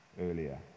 earlier